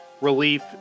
relief